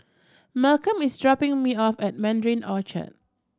Malcolm is dropping me off at Mandarin Orchard